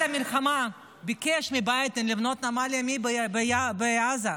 המלחמה ביקש מביידן לבנות נמל ימי בעזה,